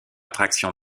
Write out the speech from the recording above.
traction